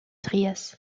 trias